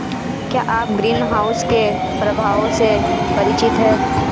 क्या आप ग्रीनहाउस के प्रभावों से परिचित हैं?